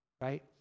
right